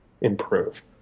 improve